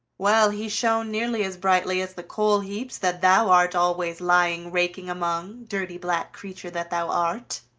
well, he shone nearly as brightly as the coal-heaps that thou art always lying raking among, dirty black creature that thou art!